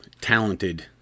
talented